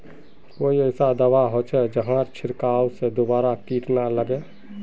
कोई ऐसा दवा होचे जहार छीरकाओ से दोबारा किट ना लगे?